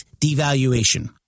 Devaluation